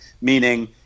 meaning